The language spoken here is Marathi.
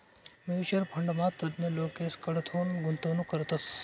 म्युच्युअल फंडमा तज्ञ लोकेसकडथून गुंतवणूक करतस